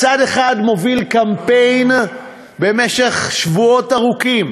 מצד אחד הוא מוביל במשך שבועות ארוכים